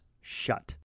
shut